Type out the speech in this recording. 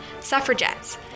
suffragettes